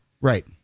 Right